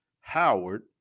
Howard